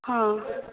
हा